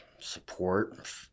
support